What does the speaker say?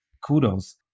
kudos